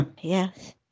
yes